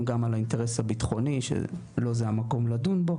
גם על האינטרס הביטחוני שלא זה המקום לדון בו